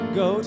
go